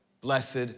Blessed